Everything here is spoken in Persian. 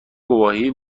گواهی